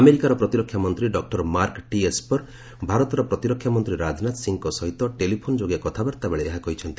ଆମେରିକାର ପ୍ରତିରକ୍ଷାମନ୍ତ୍ରୀ ଡକୁର ମାର୍କ ଟି ଏସ୍ପର୍ ଭାରତର ପ୍ରତିରକ୍ଷାମନ୍ତ୍ରୀ ରାଜନାଥ ସିଂଙ୍କ ସହିତ ଟେଲିଫୋନ୍ ଯୋଗେ କଥାବାର୍ତ୍ତା ବେଳେ ଏହା କହିଛନ୍ତି